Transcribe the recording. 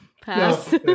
pass